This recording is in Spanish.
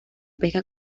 pesca